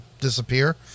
disappear